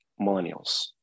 millennials